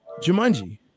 Jumanji